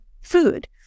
food